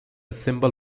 symbol